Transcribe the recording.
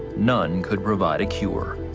none could provide a core.